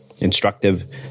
instructive